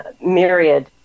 myriad